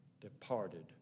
departed